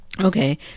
Okay